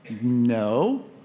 No